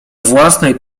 własnej